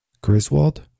Griswold